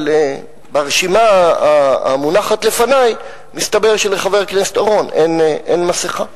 אבל לפי הרשימה המונחת לפני מסתבר שלחבר הכנסת אורון אין מסכה.